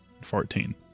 fourteen